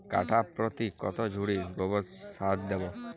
কাঠাপ্রতি কত ঝুড়ি গোবর সার দেবো?